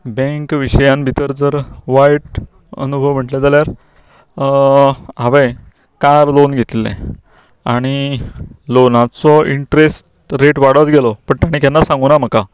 bank विशयांत भितर जर वायट अनुभव म्हटले जाल्यार हांवे कार लोन घेतिल्लें आनी लोनाचो इंट्रेस्ट रेट वाडत गेलो पण ताणें केन्ना सांगूना म्हाका